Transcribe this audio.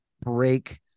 break